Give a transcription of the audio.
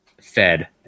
Fed